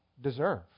deserve